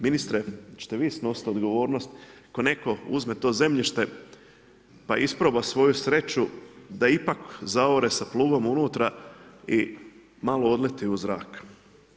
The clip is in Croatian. Ministre hoćete vi snositi odgovornost ko neko uzme to zemljište pa isproba svoju sreću da ipak zaore sa plugom unutra i malo odleti u zrak?